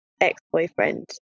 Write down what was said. ex-boyfriend